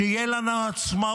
שתהיה לנו עצמאות,